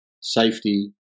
safety